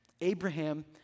Abraham